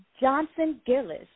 Johnson-Gillis